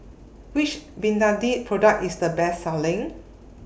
Which Betadine Product IS The Best Selling